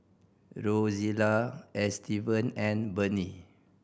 Rozella Estevan and Bennie